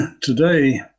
today